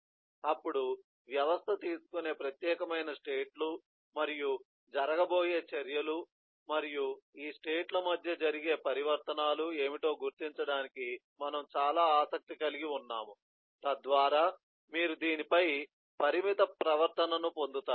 అప్పుడు వ్యవస్థ తీసుకునే ప్రత్యేకమైన స్టేట్ లు మరియు జరగబోయే చర్యలు మరియు ఈ స్టేట్ ల మధ్య జరిగే పరివర్తనాలు ఏమిటో గుర్తించడానికి మనము చాలా ఆసక్తి కలిగి ఉన్నాము తద్వారా మీరు దీనిపై పరిమిత ప్రవర్తనను పొందుతారు